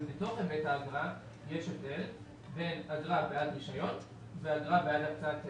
בתוך היבט האגרה יש הבדל בין אגרה בעד רישיון ואגרה בעד הקצאת תדר.